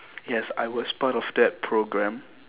yes I was part of that program